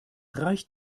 reicht